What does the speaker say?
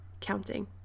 counting